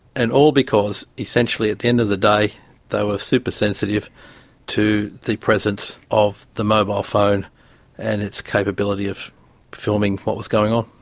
and all because essentially at the end of the day they were supersensitive to the presence of the mobile phone and its capability of filming what was going on.